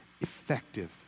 effective